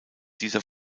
dieser